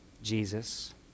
Jesus